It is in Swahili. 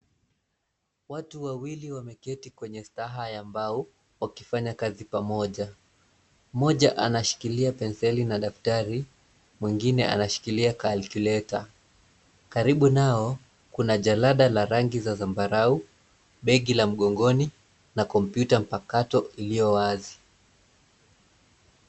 Watu wawili wameketi kwenye staha ya mbao wakifanya kazi pamoja. Mmoja anashikilia penseli na daftari, mwengine anashikilia calculator . Karibu nao, kuna jalada la rangi ya zambarau, begi la mgongoni na kompyuta mpakato iliyo wazi.